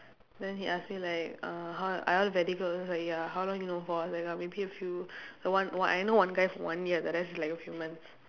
then he ask me like uh how I ask very close then he's like ya how long you known for I was like uh like maybe a few the one one I know one guy for one year the rest is like a few months